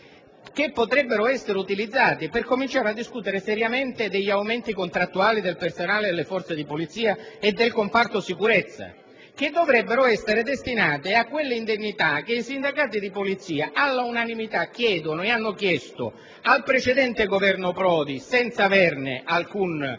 Potrebbero essere utilizzati per ricominciare a discutere seriamente degli aumenti contrattuali del personale delle Forze di polizia e del comparto sicurezza. Dovrebbero essere destinati a quelle indennità che i sindacati di polizia all'unanimità chiedono e hanno chiesto al precedente Governo Prodi senza avere alcun riscontro